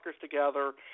together